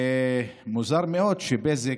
מוזר מאוד שבזק,